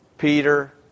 Peter